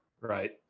right